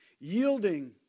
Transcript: Yielding